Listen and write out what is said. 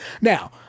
Now